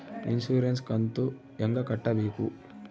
Insurance ಕಂತು ಹೆಂಗ ಕಟ್ಟಬೇಕು?